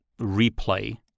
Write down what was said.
replay